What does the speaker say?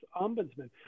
ombudsman